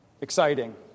exciting